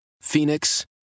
Phoenix